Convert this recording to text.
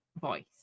voice